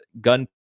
gun